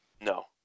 No